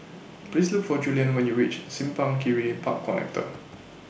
Please Look For Julian when YOU REACH Simpang Kiri Park Connector